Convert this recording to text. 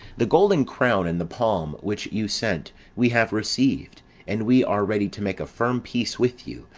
the golden crown, and the palm, which you sent, we have received and we are ready to make a firm peace with you,